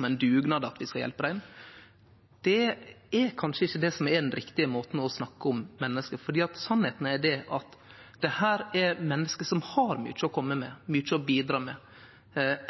ein dugnad, at vi skal hjelpe dei, kanskje ikkje er den rette måten å snakke om menneske på. For sanninga er at dette er menneske som har mykje å kome med, mykje å bidra med,